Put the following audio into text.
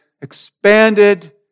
expanded